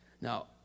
Now